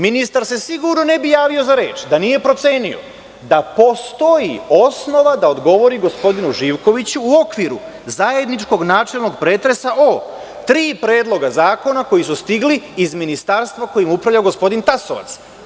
Ministar se sigurno ne bi javio za reč da nije procenio da postoji osnova da odgovori gospodinu Živkoviću u okviru zajedničkog načelnog pretresa o tri predloga zakona koji su stigli iz Ministarstva kojim upravlja gospodin Tasovac.